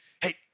hey